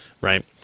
right